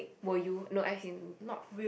will you no as in not